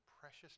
precious